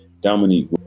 Dominique